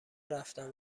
رفتم